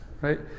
right